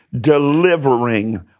delivering